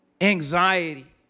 anxiety